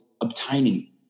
obtaining